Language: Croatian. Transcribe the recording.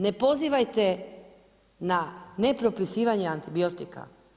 Ne pozivajte na nepropisivanje antibiotika.